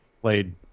played